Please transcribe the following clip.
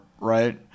right